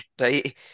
right